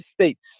states